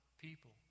people